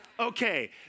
Okay